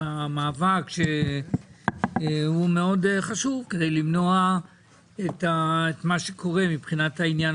המאבק שהוא מאוד חשוב כדי למנוע את מה שקורה מבחינת העניין